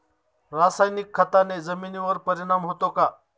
रासायनिक खताने जमिनीवर परिणाम होतो का?